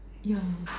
yeah